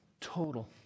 total